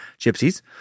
gypsies